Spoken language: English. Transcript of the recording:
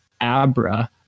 Abra